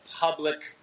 public